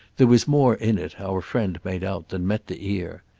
there was more in it, our friend made out, than met the ear.